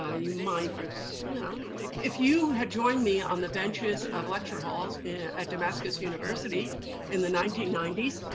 ah you might well, so you know like if you had joined me on the benches of lecture halls at damascus university in the nineteen ninety s,